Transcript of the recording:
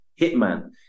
Hitman